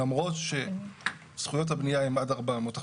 למרות שזכויות הבנייה הן עד 400%,